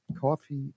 Coffee